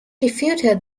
refuted